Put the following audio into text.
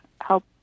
help